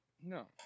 No